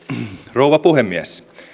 rouva puhemies